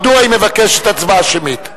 מדוע היא מבקשת הצבעה שמית.